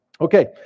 Okay